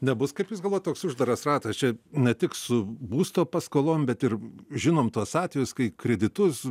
nebus kaip jūs galvojate toks uždaras ratas čia ne tik su būsto paskolos bet ir žinome tuos atvejus kai kreditus